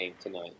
tonight